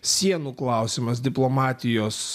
sienų klausimas diplomatijos